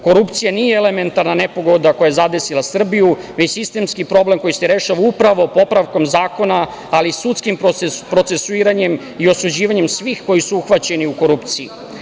Korupcija nije elementarna nepogoda koja je zadesila Srbiju, već sistemski problem koji se rešava upravo popravkom zakona, ali i sudskim procesuiranjem i osuđivanjem svih koji su uhvaćeni u korupciji.